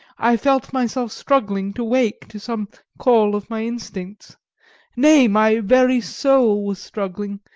i felt myself struggling to awake to some call of my instincts nay, my very soul was struggling,